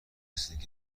رسیده